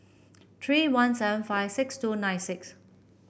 three one seven five six two nine six